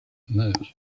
meurent